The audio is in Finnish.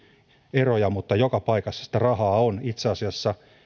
eroja mutta joka paikassa sitä rahaa on itse asiassa